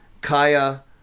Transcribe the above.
Kaya